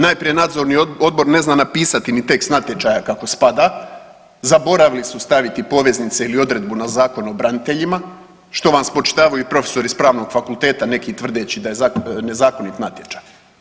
Najprije Nadzorni odbor ne zna napisati ni tekst natječaja kako spada, zaboravili su staviti poveznice ili odredbu na Zakon o braniteljima, što vam spočitavaju profesori s pravnog fakulteta, neki tvrdeći da je nezakonit natječaj.